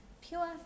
pure